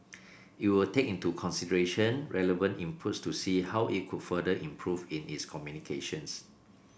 it will take into consideration relevant inputs to see how it could further improve in its communications